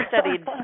studied